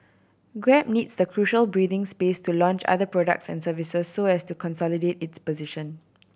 grab needs the crucial breathing space to launch other products and services so as to consolidate its position